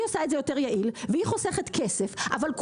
בפועל היא עושה את זה יותר יעיל והיא חוסכת כסף אבל,